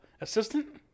assistant